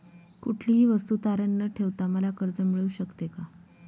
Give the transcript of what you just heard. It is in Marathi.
कुठलीही वस्तू तारण न ठेवता मला कर्ज मिळू शकते का?